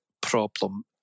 problem